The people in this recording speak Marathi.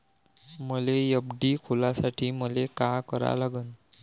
मले एफ.डी खोलासाठी मले का करा लागन?